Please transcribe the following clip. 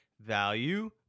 value